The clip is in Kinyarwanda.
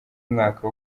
mwaka